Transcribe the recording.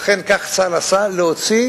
ואכן כך צה"ל עשה, להוציא